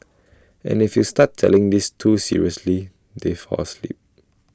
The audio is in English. and if you start telling this too seriously they fall asleep